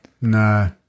No